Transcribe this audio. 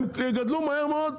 הם יגדלו מהר מאוד,